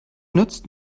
nützt